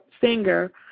singer